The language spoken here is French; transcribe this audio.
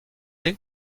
est